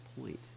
point